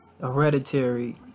hereditary